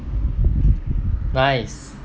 nice